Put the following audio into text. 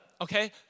okay